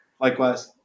Likewise